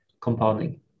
compounding